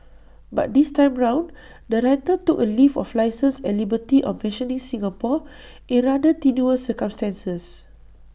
but this time round the writer took A leave of licence and liberty of mentioning Singapore in rather tenuous circumstances